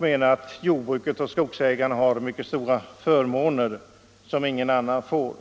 menat att jordbrukare och skogsägare har mycket stora förmåner som ingen annan får.